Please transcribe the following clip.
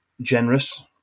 generous